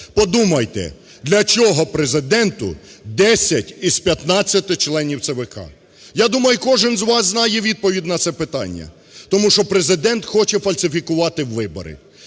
Подумайте, для чого Президенту 10 із 15 членів ЦВК?! Я думаю кожен із вас знає відповідь на це питання, тому що Президент хоче фальсифікувати вибори.